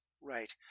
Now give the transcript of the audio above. Right